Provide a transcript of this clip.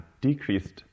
decreased